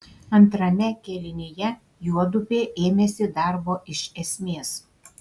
antrame kėlinyje juodupė ėmėsi darbo iš esmės